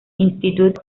institute